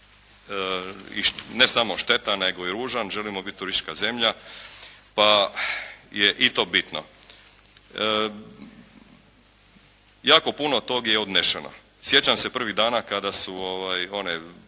ne samo šteta, nego i ružan. Želimo biti turistička zemlja, pa je i to bitno. Jako puno tog je odneseno. Sjećam se prvih dana kada su one